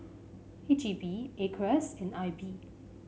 H E B A C R E S and I B